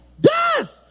Death